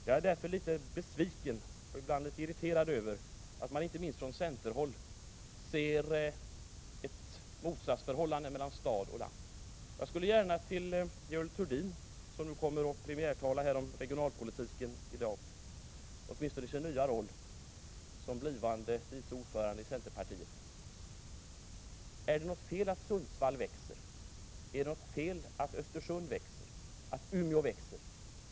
Jag är därför litet besviken, och ibland litet irriterad, över att man inte minst från centerhåll ser ett motsatsförhållande mellan stad och land. Jag skulle vilja ställa en fråga till Görel Thurdin, som i sin nya roll som blivande vice ordförande i centerpartiet kommer att premiärtala om regionalpolitiken: Är det något fel att Sundsvall, Östersund och Umeå växer?